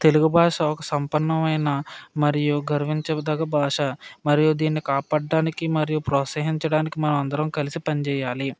తెలుగు భాషాకు సంపన్నమైన మరియు గర్వించదగ భాష మరియు దీన్ని కాపాడడానికి మరియు ప్రోత్సహించడానికి మన అందరం కలిసి పనిచేయాలి